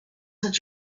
such